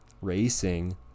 Racing